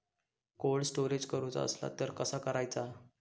Cold storage करूचा असला तर कसा करायचा?